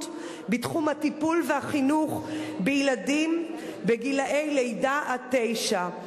בתחום הטיפול והחינוך בילדים גילאי לידה עד תשע.